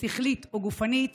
שכלית או גופנית